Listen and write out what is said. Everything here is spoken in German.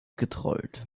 getrollt